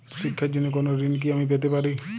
শিক্ষার জন্য কোনো ঋণ কি আমি পেতে পারি?